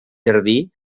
jardí